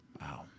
Wow